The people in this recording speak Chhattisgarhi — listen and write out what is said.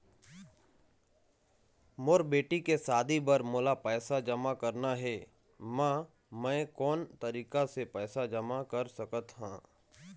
मोर बेटी के शादी बर मोला पैसा जमा करना हे, म मैं कोन तरीका से पैसा जमा कर सकत ह?